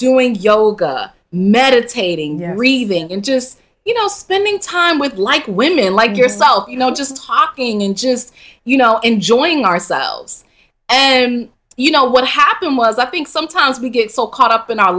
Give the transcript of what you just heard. doing yoga meditating reading in just you know spending time with like women like yourself you know just talking in just you know enjoying ourselves and you know what happened was i think sometimes we get so caught up in our